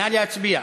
נא להצביע.